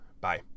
Bye